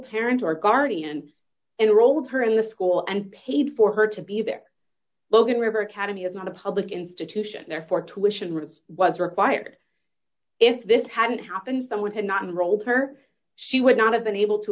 parent or guardian and rolled her in the school and paid for her to be there logan river academy is not a public institution therefore tuitions was required if this hadn't happened someone had not been rolled her she would not have been able to